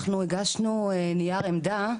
אנחנו הגשנו נייר עמדה,